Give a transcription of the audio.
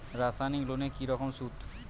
ব্যবসায়িক লোনে কি রকম সুদ?